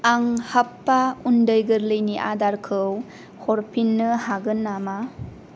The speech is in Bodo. आं हाप्पा उन्दै गोरलैनि आदारखौ हरफिननो हागोन नामा